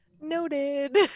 Noted